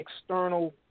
external